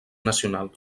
nacional